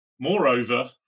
Moreover